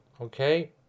Okay